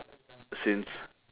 since